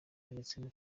yanditsemo